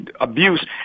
abuse